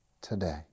today